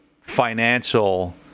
financial